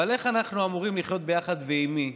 אבל איך אנחנו אמורים לחיות ביחד ועם מי,